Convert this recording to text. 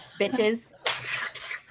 bitches